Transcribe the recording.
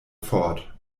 fort